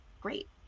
great